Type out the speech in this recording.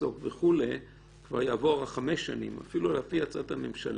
יפסוק כבר יעברו 5 שנים אפילו עד הצעת הממשלה,